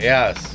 Yes